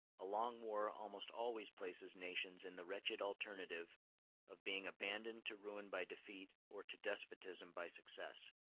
a long war almost always places nations in the wretched alternative of being abandoned to ruin by defeat or to despotism by success.